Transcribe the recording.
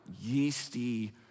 yeasty